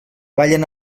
ballen